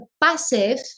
passive